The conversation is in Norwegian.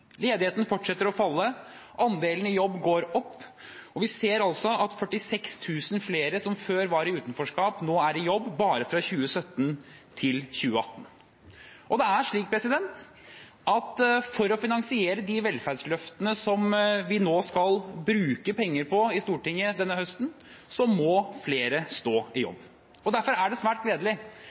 Ledigheten fortsetter å falle, andelen i jobb går opp, og vi ser at 46 000 flere, som før var i utenforskap, er i jobb – bare fra 2017 til 2018. For å finansiere de velferdsløftene som vi nå skal bruke penger på i Stortinget denne høsten, må flere stå i jobb. Derfor er det svært gledelig